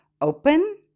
Open